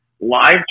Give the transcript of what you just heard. live